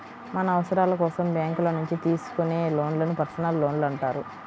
మన అవసరాల కోసం బ్యేంకుల నుంచి తీసుకునే లోన్లను పర్సనల్ లోన్లు అంటారు